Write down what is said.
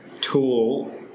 tool